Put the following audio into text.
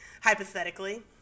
hypothetically